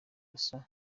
masoko